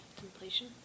Contemplation